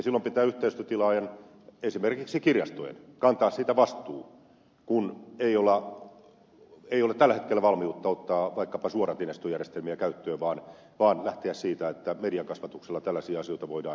silloin pitää yhteisötilaajan esimerkiksi kirjastojen kantaa siitä vastuu kun ei ole tällä hetkellä valmiutta ottaa vaikkapa suoraan suodatinjärjestelmiä käyttöön vaan lähdetään siitä että mediakasvatuksella tällaisia asioita voidaan hoitaa